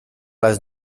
les